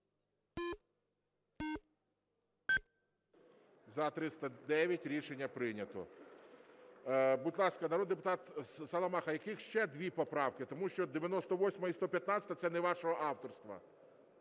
За-309 Рішення прийнято. Будь ласка, народний депутат Саламаха, які ще дві поправки? Тому що 98-а і 115-а це не вашого авторства,